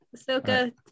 Ahsoka